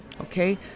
okay